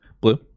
Blue